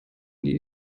die